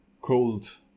cold